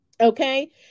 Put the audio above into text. Okay